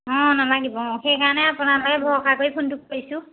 নালাগিব অঁ সেই কাৰণে আপোনাকে ভৰসা কৰি ফোনটো কৰিছোঁ